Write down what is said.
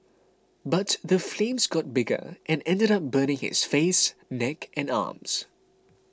but the flames got bigger and ended up burning his face neck and arms